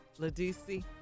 LaDisi